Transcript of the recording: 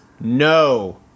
no